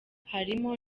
harimo